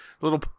little